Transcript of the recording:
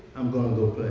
i'm going